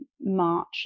march